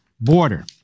border